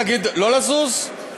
אל תזוז.